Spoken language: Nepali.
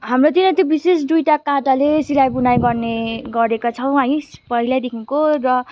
हाम्रोतिर त्यो विशेष दुइटा काँटाले सिलाइ बुनाइ गर्ने गरेको छौँ है पहिल्यैदेखिको र